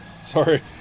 Sorry